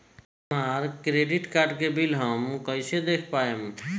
हमरा credit card के bill हम कइसे देख पाएम?